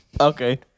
Okay